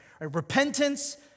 Repentance